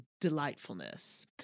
Delightfulness